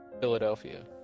Philadelphia